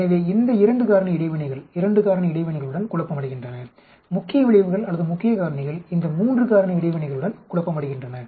எனவே இந்த 2 காரணி இடைவினைகள் 2 காரணி இடைவினைகளுடன் குழப்பமடைகின்றன முக்கிய விளைவுகள் அல்லது முக்கிய காரணிகள் இந்த 3 காரணி இடைவினைகளுடன் குழப்பமடைகின்றன